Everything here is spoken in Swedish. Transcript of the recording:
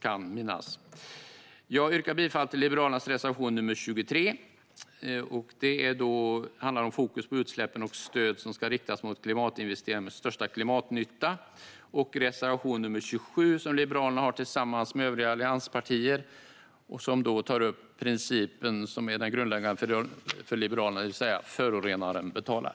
Jag yrkar bifall till Liberalernas reservation nr 23, som handlar om fokus på utsläppen och om att stöd ska riktas mot klimatinvesteringarna med störst klimatnytta, och till reservation nr 27, som Liberalerna har tillsammans med övriga allianspartier och som tar upp den princip som är grundläggande för Liberalerna, nämligen förorenaren betalar.